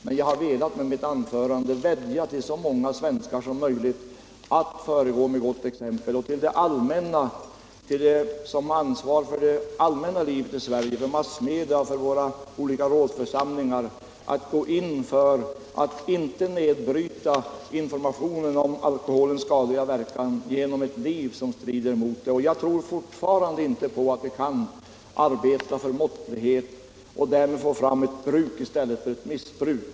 Men jag har med mitt anförande velat vädja till så många svenskar som möjligt att föregå med gott exempel och till dem som har ansvar för det offentliga livet i Sverige - de som har ansvar för massmedia och de som sitter i våra olika rådsförsamlingar — att gå in för att inte motverka informationen om alkoholens skadliga verkan genom ett liv som strider mot den informationen. Jag tror fortfarande inte att vi kan arbeta för måttlighet och därmed få fram ett bruk i stället för ett missbruk.